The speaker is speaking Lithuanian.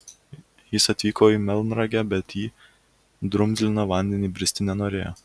jis atvyko į melnragę bet į drumzliną vandenį bristi nenorėjo